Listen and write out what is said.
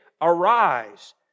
Arise